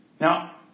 Now